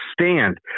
stand